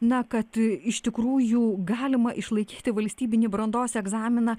na kad iš tikrųjų galima išlaikyti valstybinį brandos egzaminą